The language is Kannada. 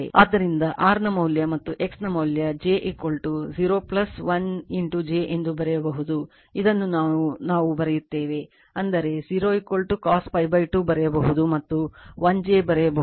ಆದ್ದರಿಂದ R ನ ಮೌಲ್ಯ ಮತ್ತು X ಮೌಲ್ಯ j 0 1 j ಎಂದು ಬರೆಯಬಹುದು ಇದನ್ನು ನಾವು ಬರೆಯುತ್ತೇವೆ ಅಂದರೆ 0 cos π 2 ಬರೆಯಬಹುದು ಮತ್ತು 1 j ಬರೆಯಬಹುದು ಈ j ಅಲ್ಲಿ ಜೆ sin π 2